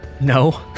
No